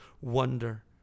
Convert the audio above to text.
wonder